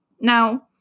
Now